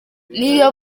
n’iyo